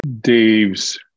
Dave's